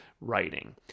writing